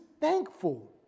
thankful